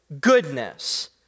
goodness